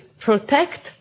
protect